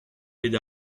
bet